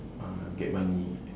uh get money